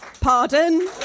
Pardon